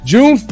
June